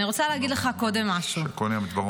קודם אני רוצה להגיד לך משהו: אני חושבת